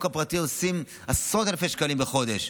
הפרטי עושים עשרות אלפי שקלים בחודש.